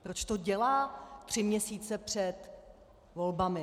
Proč to dělá tři měsíce před volbami?